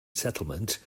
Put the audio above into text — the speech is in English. settlement